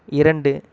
இரண்டு